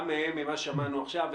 ממה ששמענו עכשיו,